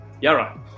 Yara